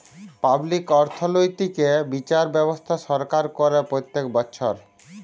public অর্থনৈতিক্যে বিচার ব্যবস্থা সরকার করে প্রত্যক বচ্ছর